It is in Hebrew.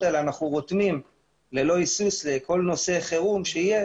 האלה אנחנו רותמים ללא היסוס לכל נושא חירום שיהיה